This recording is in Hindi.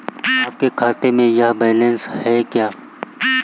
आपके खाते में यह बैलेंस है क्या?